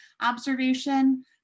observation